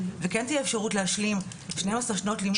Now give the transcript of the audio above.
וכן תהיה אפשרות להשלים שתים עשרה שנות לימוד.